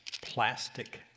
plastic